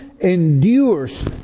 endures